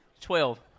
Twelve